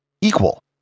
equal